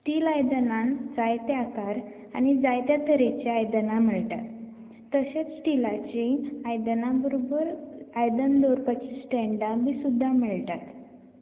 steel आयदनांन जायते आकार आनी जायतीं आयदनां मेळटात तशेंच स्टिलाचीं आयदनां बरोबर आयदन दवरपाची स्टँडां बीन सुद्दां मेळटात